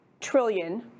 trillion